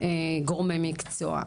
גורמי מקצוע.